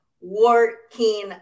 Working